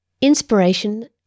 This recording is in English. Inspiration